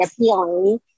appealing